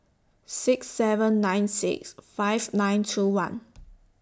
six seven nine six five nine two one